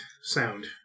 sound